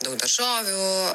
daug daržovių